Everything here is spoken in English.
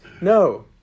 No